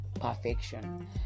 perfection